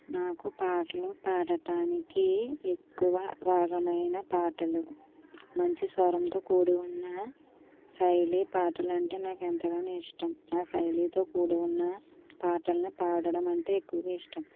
నాకు పాటలు పాడటానికి ఎక్కువ రాగమైన పాటలు మంచి స్వరంతో కూడివున్న శైలి పాటలు అంటే నాకు ఎంతగానో ఇష్టం ఆ శైలీతో కూడివున్న పాటల్ని పాడటం అంటే ఎక్కువగా ఇష్టం